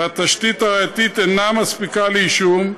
והתשתית הראייתית אינה מספיקה לאישום,